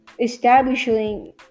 establishing